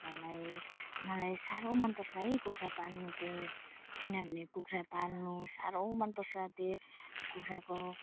कुखुरालाई मलाई साह्रो मन पर्छ है कुखुरा पाल्नु त किनभने कुखुरा पाल्नु साह्रो मन पर्छ त्यो कुखुराको